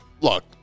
look